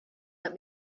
let